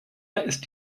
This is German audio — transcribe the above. ist